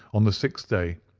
on the sixth day,